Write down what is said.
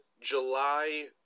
July